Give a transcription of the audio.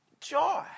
joy